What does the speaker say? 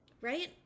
right